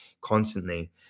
constantly